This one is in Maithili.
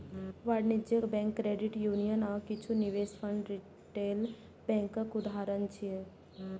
वाणिज्यिक बैंक, क्रेडिट यूनियन आ किछु निवेश फंड रिटेल बैंकक उदाहरण छियै